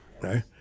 Right